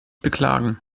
beklagen